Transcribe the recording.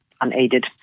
Unaided